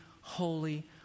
holy